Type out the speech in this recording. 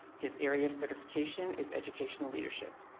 his area of certification is educational leadership.